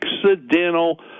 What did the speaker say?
accidental